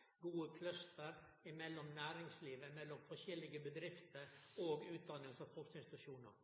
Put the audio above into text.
gode nettverk, gode cluster, mellom næringslivet, mellom forskjellige bedrifter og utdannings- og forskingsinstitusjonar.